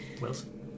Wilson